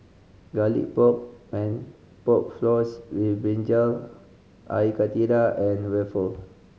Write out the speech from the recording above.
Garlic Pork and Pork Floss with brinjal Air Karthira and waffle